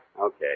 Okay